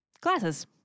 Glasses